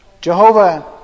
Jehovah